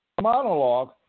monologue